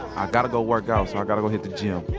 i gotta go work out some. gotta go hit the gym,